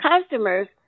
customers